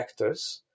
vectors